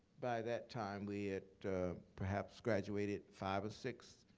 by that time, we had perhaps graduated five or six